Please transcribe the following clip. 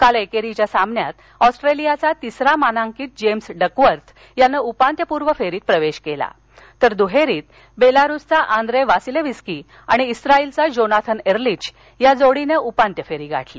काल एकरीच्या सामन्यात ऑस्ट्रेलियाचा तिसरा मानांकित जेम्स डकवर्थ यानं उपांत्यपुर्व फेरीत प्रवेश केला तर दुहेरीत बेलारुसचा आंद्रे वासिलेव्हीस्की आणि ईस्त्राईलचा जोनाथन एर्लिच या जोडीनं उपांत्य फेरी गाठली